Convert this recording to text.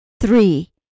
Three